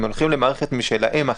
הם הולכים למערכת אחרת משלהם.